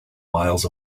miles